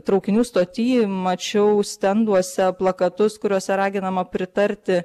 traukinių stoty mačiau stenduose plakatus kuriuose raginama pritarti